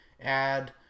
add